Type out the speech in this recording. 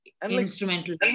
instrumental